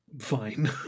Fine